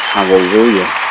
Hallelujah